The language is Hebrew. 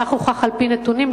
כך הוכח על-פי נתונים,